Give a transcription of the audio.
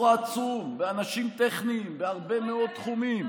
העצום באנשים טכניים בהרבה מאוד תחומים,